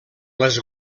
les